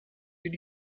did